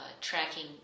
tracking